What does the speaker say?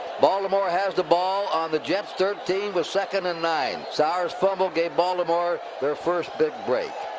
baltimore has the ball on the jets thirteen with second and nine. sauer's fumble gave baltimore their first big break.